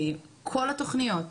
את כל התוכניות,